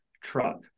truck